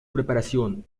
preparación